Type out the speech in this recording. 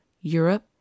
Europe